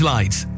Lights